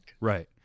Right